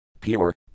Pure